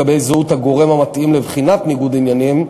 לגבי זהות הגורם המתאים לבחינת ניגוד עניינים,